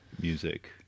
music